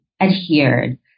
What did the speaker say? adhered